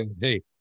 Hey